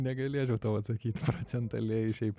negalėčiau tau atsakyt procentaliai šiaip